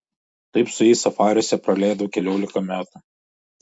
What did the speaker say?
taip su jais safariuose praleidau keliolika metų